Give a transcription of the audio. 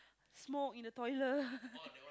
smoke in the toilet